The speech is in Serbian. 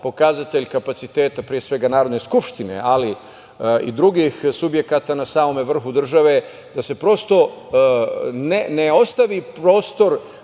pokazatelj kapaciteta, pre svega Narodne skupštine, ali i drugih subjekata na samom vrhu države, da se prosto ne ostavi prostor